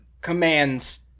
commands